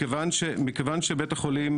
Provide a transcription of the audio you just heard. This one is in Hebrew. מכיוון שבית החולים